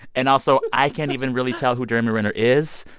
and also, i can't even really tell who jeremy renner is.